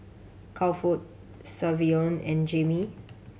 Crawford Savion and Jamie